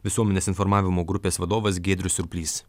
visuomenės informavimo grupės vadovas giedrius surplys